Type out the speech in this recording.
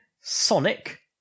Sonic